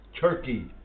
Turkey